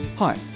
Hi